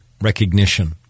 recognition